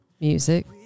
music